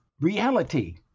reality